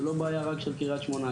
זה לא בעיה רק של קריית שמונה,